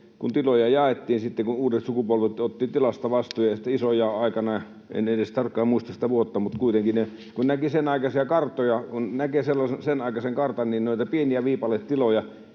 kun tiloja jaettiin ja uudet sukupolvet ottivat tilasta vastuun, ja isojaon aikana — en edes tarkkaan muista sitä vuotta, mutta kuitenkin sen näkee sen aikaisesta kartasta — tilat pirstoutuivat ja